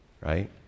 right